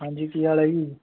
ਹਾਂਜੀ ਕੀ ਹਾਲ ਹੈ ਜੀ